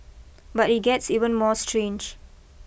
but it gets even more strange